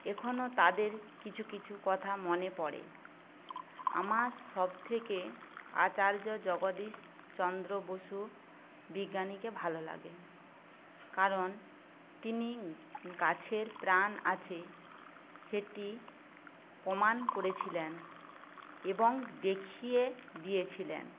এখনো তাদের কিছু কিছু কথা মনে পড়ে আমার সব থেকে আচার্য জগদীশচন্দ্র বসু বিজ্ঞানীকে ভালো লাগে কারণ তিনি গাছের প্রাণ আছে সেটি প্রমাণ করেছিলেন এবং দেখিয়ে দিয়েছিলেন